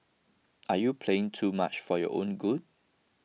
are you playing too much for your own good